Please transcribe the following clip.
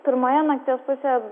pirmoje nakties pusėje